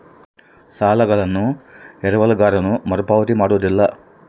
ಸಾಲಗಳನ್ನು ಎರವಲುಗಾರನು ಮರುಪಾವತಿ ಮಾಡೋದಿಲ್ಲ